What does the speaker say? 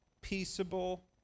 Peaceable